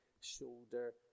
shoulder